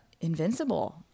invincible